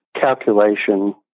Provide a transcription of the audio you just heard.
calculation